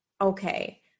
okay